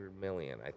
million